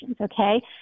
okay